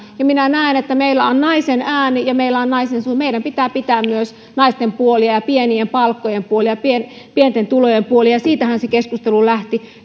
ja minä näen että meillä on naisen ääni ja meillä on naisen suu ja meidän pitää pitää myös naisten puolia ja pienien palkkojen puolia ja pienten tulojen puolia siitähän se keskustelu lähti